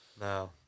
No